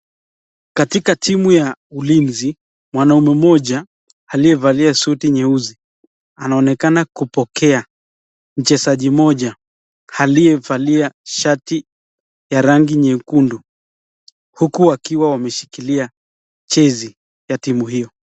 Katika timu ya ulinzi, mwanaume mmoja aliye valia suti nyeusi ,anaonekana kupokea mchezaji mmoja aliye valia shati ya rangi nyekundu ,huku wakiwa wameshikilia jezi ya timu hiyo.